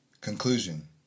Conclusion